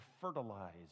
fertilize